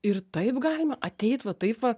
ir taip galima ateit va taip va